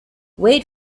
wait